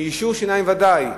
מיישור שיניים ודאי.